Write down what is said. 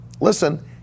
listen